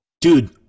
dude